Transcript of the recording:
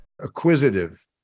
acquisitive